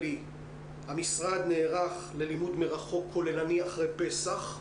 המשרד נערך ללימוד מרחוק כוללני אחרי פסח,